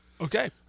Okay